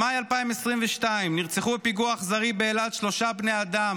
במאי 2022 נרצחו בפיגוע אכזרי באילת שלושה בני אדם